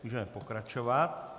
Můžeme pokračovat.